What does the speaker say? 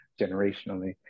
generationally